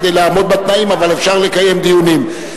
כדי לעמוד בתנאים, אבל אפשר לקיים דיונים.